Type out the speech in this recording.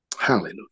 Hallelujah